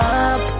up